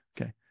okay